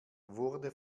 wurde